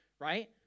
right